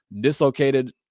dislocated